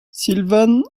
sylvan